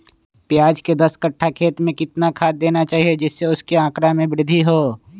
प्याज के दस कठ्ठा खेत में कितना खाद देना चाहिए जिससे उसके आंकड़ा में वृद्धि हो?